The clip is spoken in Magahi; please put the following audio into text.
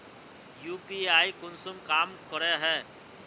यु.पी.आई कुंसम काम करे है?